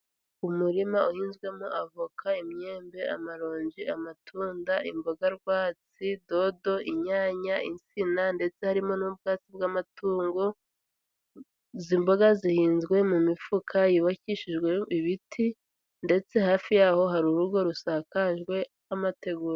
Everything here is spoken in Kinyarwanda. Umurima uhinzwemo avoka, imyembe, amaronji, amatunda, imboga rwatsi, dodo, inyanya, insina, ndetse harimo n'ubwatsi bw'amatungo, izi mboga zihinzwe mu mifuka yubakishijwe ibiti, ndetse hafi yaho hari urugo rusakajwe n'amategura.